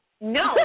No